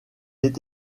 est